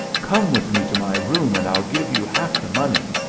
come with me to my room and i'll give you half the money.